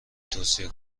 توصیه